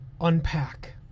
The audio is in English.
unpack